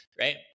right